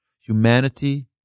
Humanity